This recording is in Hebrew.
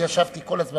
ואני ישבתי כל הזמן